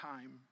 time